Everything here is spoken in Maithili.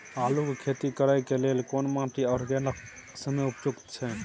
आलू के खेती करय के लेल केना माटी आर केना समय उपयुक्त छैय?